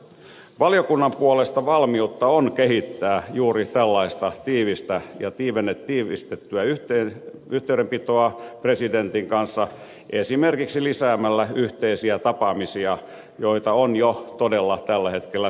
valiokunnan puolesta val miutta on kehittää juuri tällaista tiivistä ja tiivistettyä yhteydenpitoa presidentin kanssa esimerkiksi lisäämällä yhteisiä tapaamisia joita on jo todella tällä hetkellä suunnitteillakin